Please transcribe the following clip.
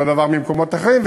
אותו דבר ממקומות אחרים,